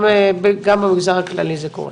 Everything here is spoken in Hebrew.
גם במגזר הכללי זה קורה.